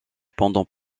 pendant